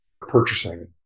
purchasing